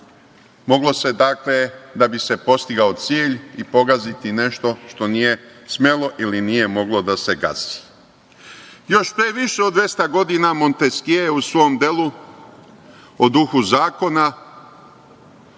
moglo se dakle, da bi se postigao cilj i pogaziti nešto što nije smelo ili nije moglo da se gazi. Još pre više od dvesta godina Monteskije je u svom delu „O duhu zakona“